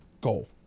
goal